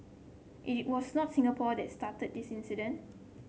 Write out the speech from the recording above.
it was not Singapore that started this incident